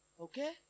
Okay